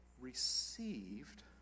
received